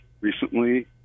recently